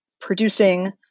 producing